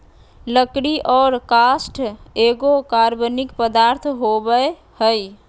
लकड़ी और काष्ठ एगो कार्बनिक पदार्थ होबय हइ